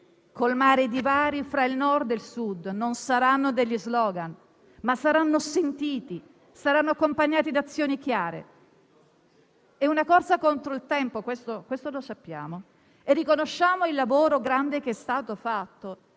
"colmare il divario fra il Nord e il Sud", non saranno degli *slogan*, ma saranno sentiti e accompagnati da azioni chiare. È una corsa contro il tempo - questo lo sappiamo - e riconosciamo il grande lavoro che è stato fatto;